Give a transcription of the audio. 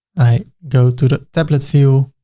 i go to the tablet view.